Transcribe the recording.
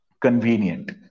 Convenient